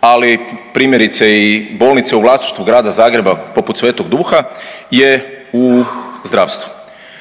ali primjerice, i bolnice u vlasništvu Grada Zagreba, poput Sv. Duha je u zdravstvu.